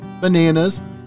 bananas